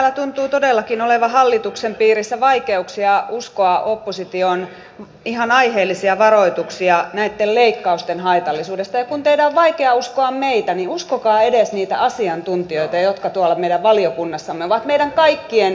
täällä tuntuu todellakin olevan hallituksen piirissä vaikeuksia uskoa opposition ihan aiheellisia varoituksia näitten leikkausten haitallisuudesta ja kun teidän on vaikea uskoa meitä niin uskokaa edes niitä asiantuntijoita jotka tuolla meidän valiokunnassamme ovat meidän kaikkien edessä käyneet